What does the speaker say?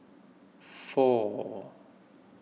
four